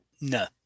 No